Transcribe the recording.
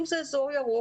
אם זה אזור ירוק,